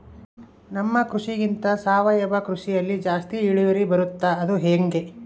ನಮ್ಮ ಕೃಷಿಗಿಂತ ಸಾವಯವ ಕೃಷಿಯಲ್ಲಿ ಜಾಸ್ತಿ ಇಳುವರಿ ಬರುತ್ತಾ ಅದು ಹೆಂಗೆ?